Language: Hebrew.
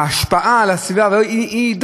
חובתנו האמיתית היא שהפיקוח יתגבר,